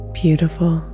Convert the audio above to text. beautiful